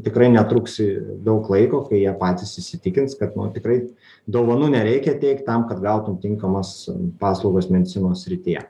tikrai netruksi daug laiko kai jie patys įsitikins kad nu tikrai dovanų nereikia teikt tam kad gautum tinkamas paslaugas medicinos srityje